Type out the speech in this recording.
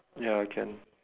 ya can